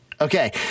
okay